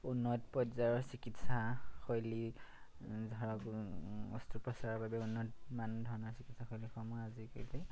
উন্নত পৰ্যায়ৰ চিকিৎসাশৈলী ধৰক অস্ত্ৰোপচাৰৰ বাবে উন্নতমান ধৰণৰ চিকিৎসাশৈলীসমূহ আজিকালি